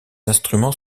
instruments